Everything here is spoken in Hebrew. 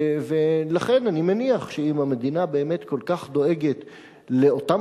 ולכן אני מניח שאם המדינה באמת כל כך דואגת לאותם